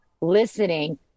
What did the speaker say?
listening